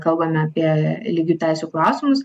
kalbame apie lygių teisių klausimus